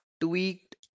tweaked